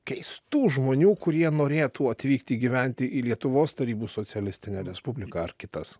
keistų žmonių kurie norėtų atvykti gyventi į lietuvos tarybų socialistinę respubliką ar kitas